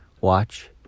Watch